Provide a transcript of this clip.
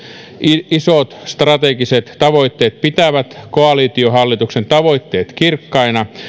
isot strategiset tavoitteet pitävät koalitiohallituksen tavoitteet kirkkaina